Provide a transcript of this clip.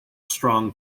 strong